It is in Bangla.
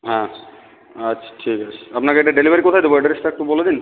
হ্যাঁ আচ্ছা আচ্ছা ঠিক আছে আপনাকে এটা ডেলিভারি কোথায় দিবো অ্যাড্রেসটা একটু বলে দিন